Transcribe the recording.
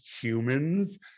humans